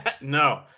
no